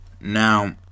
Now